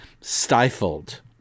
stifled